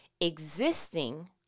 existing